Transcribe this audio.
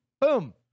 Boom